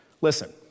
Listen